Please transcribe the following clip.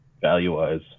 value-wise